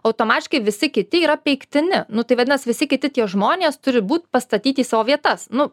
automatiškai visi kiti yra peiktini nu tai vadinas visi kiti tie žmonės turi būt pastatyti į savo vietas nu